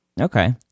Okay